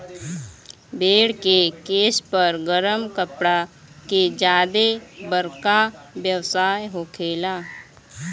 भेड़ के केश पर गरम कपड़ा के ज्यादे बरका व्यवसाय होखेला